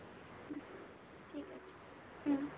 ঠিক আছে হুম